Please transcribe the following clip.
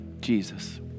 Jesus